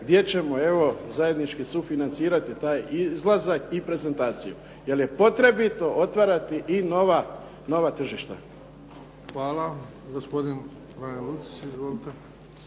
gdje ćemo evo zajednički sufinancirati taj izlazak i prezentaciju jer je potrebito otvarati i nova tržišta. **Bebić, Luka (HDZ)**